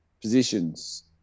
positions